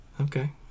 Okay